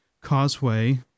Causeway